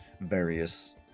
various